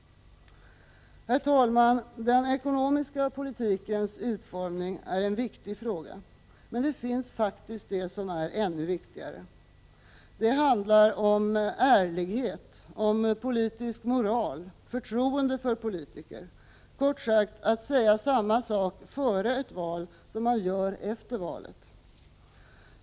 Herr talman! Den ekonomiska politikens utformning är en viktig fråga. Men det finns faktiskt sådant som är ännu viktigare. Det handlar om ärlighet, politisk moral, förtroende för politiker — kort sagt att säga samma sak före ett val som man gör efter valet.